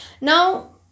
Now